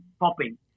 popping